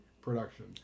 production